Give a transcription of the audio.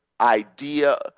idea